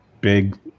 big